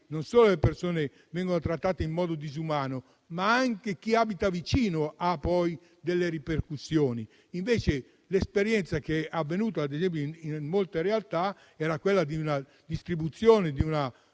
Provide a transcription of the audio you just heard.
non solo le persone vengono trattate in modo disumano, ma anche chi abita vicino subisce poi delle ripercussioni. Invece, l'esperienza che è stata fatta in molte realtà era quella di una distribuzione diffusa